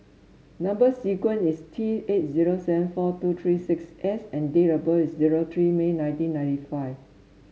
number sequence is T eight zero seven four two three six S and date of birth is zero three May nineteen ninety five